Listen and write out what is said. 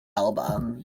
album